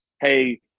hey